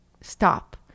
stop